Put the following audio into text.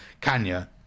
kanya